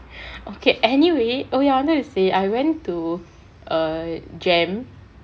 okay anyway oh ya I wanted to say I went to err jem